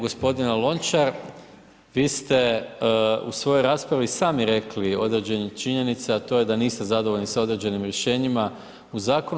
Gospodine Lončar, vi ste u svojoj raspravi sami rekli određene činjenice a to je da niste zadovoljni sa određenim rješenjima u zakonu.